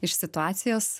iš situacijos